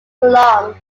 along